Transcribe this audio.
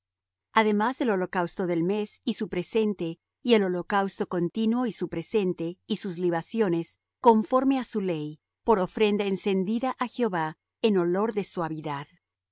además del holocausto del mes y su presente y el holocausto continuo y su presente y sus libaciones conforme á su ley por ofrenda encendida á jehová en olor de suavidad